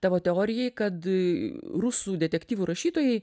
tavo teorijai kad rusų detektyvų rašytojai